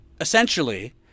essentially